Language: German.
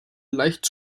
leicht